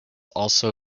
also